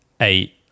eight